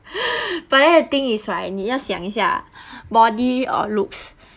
but then the thing is right 你要想一下 body or looks